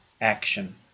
action